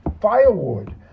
firewood